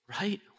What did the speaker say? right